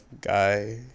guy